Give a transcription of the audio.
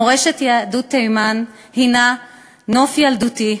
מורשת יהודי תימן הנה נוף ילדותי.